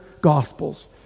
Gospels